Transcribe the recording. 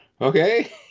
Okay